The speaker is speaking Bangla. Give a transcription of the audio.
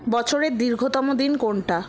বছরের দীর্ঘতম দিন কোনটা